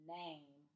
name